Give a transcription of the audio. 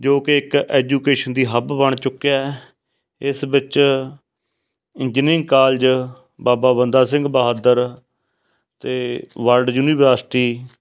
ਜੋ ਕਿ ਇੱਕ ਐਜੂਕੇਸ਼ਨ ਦੀ ਹੱਬ ਬਣ ਚੁੱਕਿਆ ਇਸ ਵਿੱਚ ਇੰਜੀਨੀਅਰ ਕਾਲਜ ਬਾਬਾ ਬੰਦਾ ਸਿੰਘ ਬਹਾਦਰ ਅਤੇ ਵਰਲਡ ਯੂਨੀਵਰਸਿਟੀ